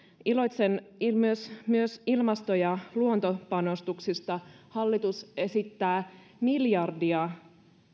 iloitsen myös ilmasto ja luontopanostuksista hallitus esittää miljardia